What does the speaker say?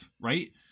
Right